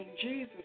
Jesus